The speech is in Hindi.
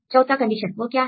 चौथा कंडीशन वह क्या है